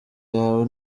yawe